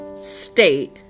state